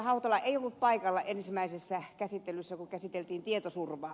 hautala ei ollut paikalla ensimmäisessä käsittelyssä kun käsiteltiin tietoturvaa